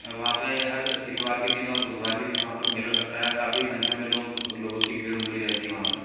और वहाँ पे हर इतवार के दिन और बुधवार के दिन वहाँ पर मेला लगता है और काफ़ी संख्या में लोग लोगों की भीड़ उमड़ी रहती है वहाँ पर